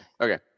Okay